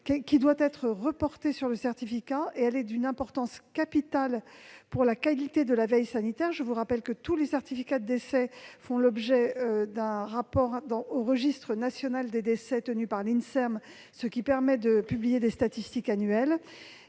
qui doit être reportée sur le certificat. Celle-ci est d'une importance capitale pour la qualité de la veille sanitaire. Je vous rappelle que tous les certificats de décès font l'objet d'un rapport au registre national des décès tenu par l'Inserm, l'Institut national de la santé et